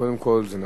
קודם כול, זה נכון.